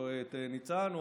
או את ניצן,